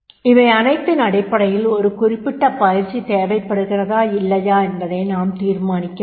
இவை அனைத்தின் அடிப்படையில் ஒரு குறிப்பிட்ட பயிற்சி தேவைப்படுகிறதா இல்லையா என்பதை நாம் தீர்மானிக்க முடியும்